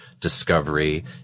discovery